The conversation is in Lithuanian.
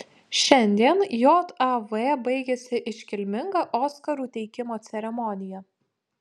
šiandien jav baigėsi iškilminga oskarų teikimo ceremonija